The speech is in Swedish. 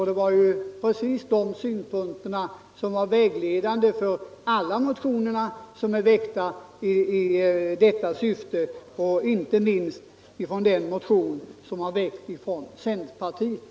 Det är just de synpunkterna som varit vägledande i alla de motioner som väckts i detta syfte — inte minst i den motion som väckts från centerpartiet.